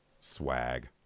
Swag